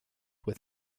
with